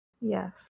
yes